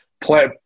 play